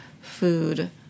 food